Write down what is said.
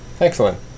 Excellent